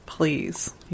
Please